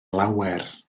lawer